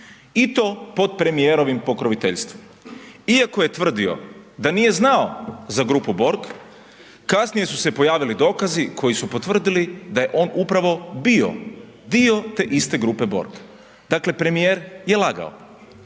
i to pod premijerovim pokroviteljstvom. Iako je tvrdio da nije znao za grupu Borg kasnije su se pojavili dokazi koji su potvrdili da je on upravo bio dio te iste grupe Borg, dakle premijer je lagao.